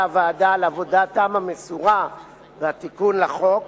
הוועדה על עבודתם המסורה והתיקון לחוק,